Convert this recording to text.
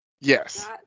Yes